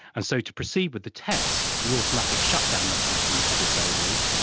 and so to proceed with the test, the automatic shutdown mechanisms were disabled,